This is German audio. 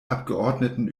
abgeordneten